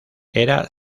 era